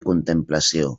contemplació